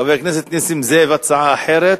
חבר הכנסת נסים זאב, הצעה אחרת?